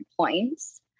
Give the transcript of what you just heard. points